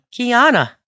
Kiana